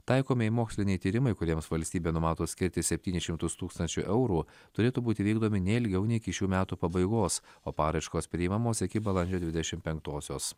taikomieji moksliniai tyrimai kuriems valstybė numato skirti septynis šimtus tūkstančių eurų turėtų būti vykdomi ne ilgiau nei iki šių metų pabaigos o paraiškos priimamos iki balandžio dvidešimt penktosios